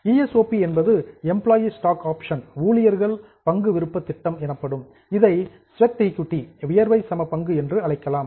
இ S O P என்பது employee stock option plan ஊழியர் பங்கு விருப்ப திட்டம் எனப்படும் இதை ஸ்வட் ஈகுட்டி வியர்வை சமபங்கு என்றும் அழைக்கலாம்